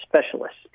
specialists